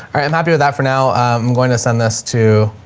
i'm happy with that for now. i'm going to send this to